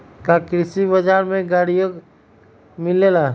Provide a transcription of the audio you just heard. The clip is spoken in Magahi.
का कृषि बजार में गड़ियो मिलेला?